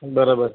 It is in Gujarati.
બરોબર